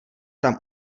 tam